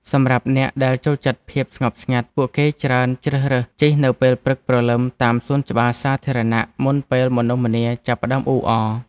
សម្រាប់អ្នកដែលចូលចិត្តភាពស្ងប់ស្ងាត់ ពួកគេច្រើនជ្រើសរើសជិះនៅពេលព្រឹកព្រលឹមតាមសួនច្បារសាធារណៈមុនពេលមនុស្សម្នាចាប់ផ្ដើមអ៊ូអរ។